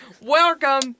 Welcome